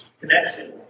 connection